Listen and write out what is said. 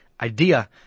idea